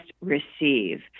receive